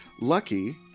Lucky